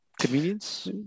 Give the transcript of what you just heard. convenience